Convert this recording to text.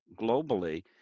globally